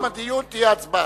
בתום הדיון תהיה הצבעה.